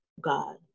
God